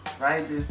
right